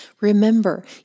Remember